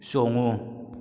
ꯆꯣꯡꯉꯨ